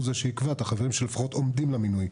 זה שיקבע את החברים שלפחות עומדים למינוי.